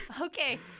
Okay